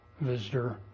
visitor